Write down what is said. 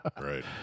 right